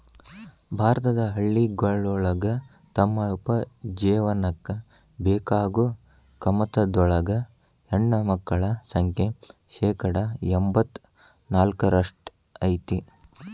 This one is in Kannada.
ಭಾರತದ ಹಳ್ಳಿಗಳೊಳಗ ತಮ್ಮ ಉಪಜೇವನಕ್ಕ ಬೇಕಾಗೋ ಕಮತದೊಳಗ ಹೆಣ್ಣಮಕ್ಕಳ ಸಂಖ್ಯೆ ಶೇಕಡಾ ಎಂಬತ್ ನಾಲ್ಕರಷ್ಟ್ ಐತಿ